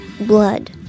Blood